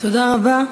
תודה רבה.